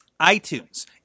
iTunes